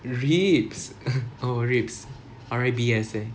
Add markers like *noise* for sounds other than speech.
ribs *laughs* oh ribs R I B S eh